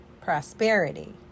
prosperity